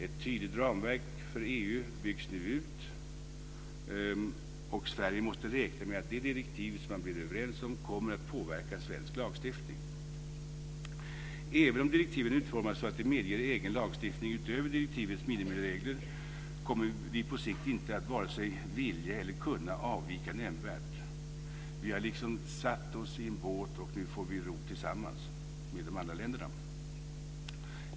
Ett tydligt ramverk för EU byggs nu upp, och Sverige måste räkna med att de direktiv som man blir överens om kommer att påverka svensk lagstiftning. Även om direktiven utformas så att de medger egen lagstiftning utöver direktivens minimiregler kommer vi på sikt inte att vare sig vilja eller kunna avvika nämnvärt. Vi har liksom satt oss i en båt, och nu får vi ro tillsammans med de andra länderna.